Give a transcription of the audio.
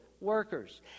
workers